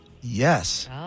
Yes